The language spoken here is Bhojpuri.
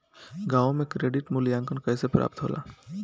गांवों में क्रेडिट मूल्यांकन कैसे प्राप्त होला?